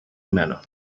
manner